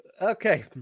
Okay